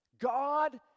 God